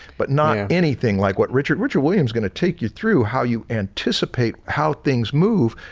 but not anything like what richard richard william is gonna take you through how you anticipate how things move.